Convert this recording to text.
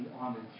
honored